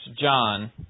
John